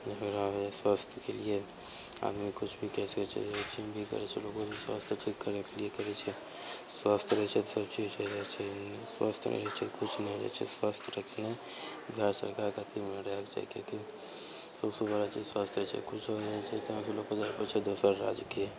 झगड़ा हो जाइ स्वास्थ्यके लिये आदमी किछु भी करि सकय छै जे ओ चीज भी करय छै स्वास्थ्य ठीक करयके लिये करय छै स्वास्थ्य रहय छै तऽ सब चीज हो जाइ छै स्वास्थ्य नहि रहय छै किछु नहि होइ छै स्वास्थ्य रखना बिहार सरकारके अथीमे रहयके चाही काहे कि सबसँ बड़ा चीज स्वस्थाये छै कुछो हो जाइ छै तऽ यहाँ के लोग जाय लऽ पड़य छै दोसर राज्यके